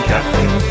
Captain